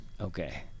okay